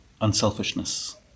unselfishness